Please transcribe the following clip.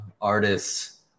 Artists